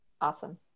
Awesome